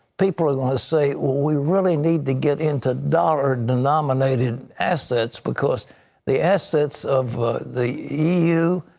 people will say, we really need to get into dollar denominated assets, because the assets of the eu,